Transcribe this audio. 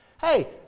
Hey